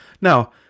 Now